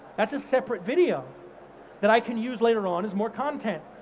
that's a separate video that i can use later on as more content.